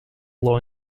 law